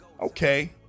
okay